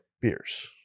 beers